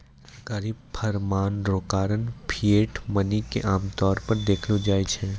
सरकारी फरमान रो कारण फिएट मनी के आमतौर पर देखलो जाय छै